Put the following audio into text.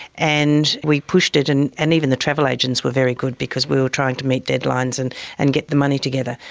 and we pushed it, and and even the travel agents were very good because we were trying to meet deadlines and and get the money together.